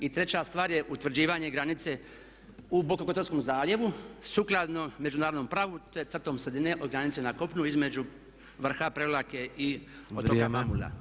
I treća stvar je utvrđivanje granice u bokokotorskom zaljevu sukladnom međunarodnom pravu to je crtom sredine od granice na kopnu između vrha Prevlake i otoka Mamula.